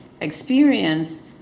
experience